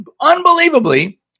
Unbelievably